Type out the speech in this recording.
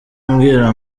ambwira